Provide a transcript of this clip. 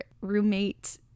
roommate